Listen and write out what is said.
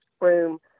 room